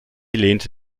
lehnte